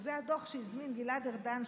שזה הדוח שהזמין גלעד ארדן,